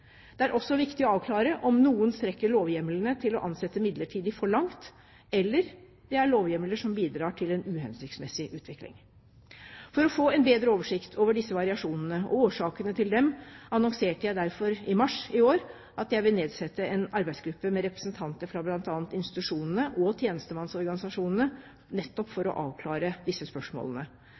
Det er også viktig å avklare om noen strekker lovhjemlene til å ansette midlertidig for langt, eller om det er lovhjemler som bidrar til en uhensiktsmessig utvikling. For å få en bedre oversikt over disse variasjonene og årsakene til dem annonserte jeg derfor i mars i år at jeg vil nedsette en arbeidsgruppe med representanter fra bl.a. institusjonene og tjenestemannsorganisasjonene, nettopp for å avklare disse spørsmålene.